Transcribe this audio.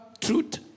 truth